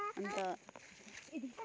अन्त